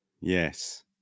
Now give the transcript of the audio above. yes